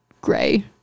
gray